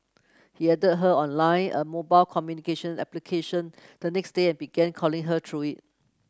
he added her on line a mobile communication application the next day and began calling her through it